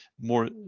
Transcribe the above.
more